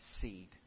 seed